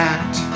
Act